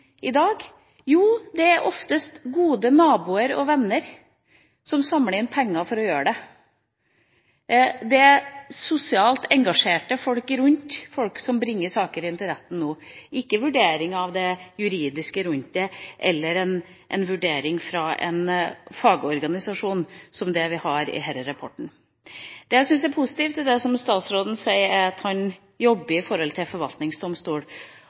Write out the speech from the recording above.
i dag? Jo, det er oftest gode naboer og venner som samler inn penger for å gjøre det. Det er sosialt engasjerte folk rundt som bringer saker inn for retten nå, ikke en vurdering av det juridiske rundt det, eller en vurdering fra en fagorganisasjon, som det vi har i denne rapporten. Det jeg syns er positivt i det som statsråden sier, er at han jobber i forhold til forvaltningsdomstol.